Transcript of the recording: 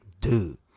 Dude